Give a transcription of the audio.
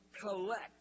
collect